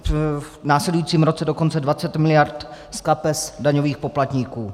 V následujícím roce dokonce 20 mld. z kapes daňových poplatníků.